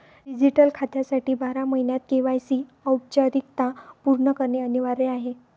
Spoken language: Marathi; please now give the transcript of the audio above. डिजिटल खात्यासाठी बारा महिन्यांत के.वाय.सी औपचारिकता पूर्ण करणे अनिवार्य आहे